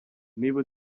niba